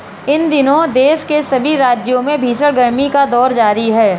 इन दिनों देश के सभी राज्यों में भीषण गर्मी का दौर जारी है